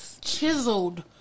chiseled